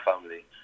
family